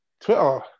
Twitter